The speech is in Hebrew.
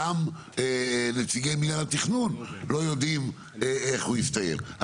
גם נציגי מינהל התכנון לא יודעים איך הוא יסתיים,